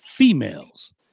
females